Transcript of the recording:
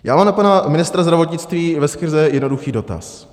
Já mám na pana ministra zdravotnictví veskrze jednoduchý dotaz.